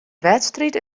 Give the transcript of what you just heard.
wedstriid